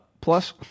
plus